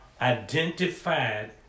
identified